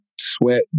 sweat